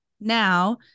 now